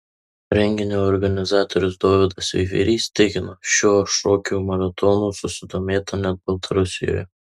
renginio organizatorius dovydas veiverys tikino šiuo šokių maratonų susidomėta net baltarusijoje